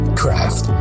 craft